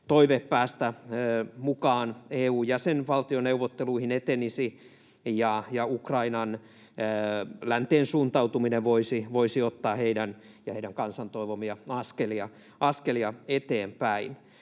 toive päästä mukaan EU-jäsenvaltioneuvotteluihin etenisi ja Ukrainan länteen suuntautuminen voisi ottaa heidän ja heidän kansansa toivomia askelia eteenpäin.